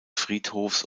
friedhofs